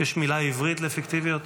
יש מילה עברית לפיקטיביות?